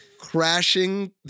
crashing